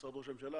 משרד ראש הממשלה,